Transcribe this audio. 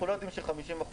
אנחנו לא יודעים שזה 50%,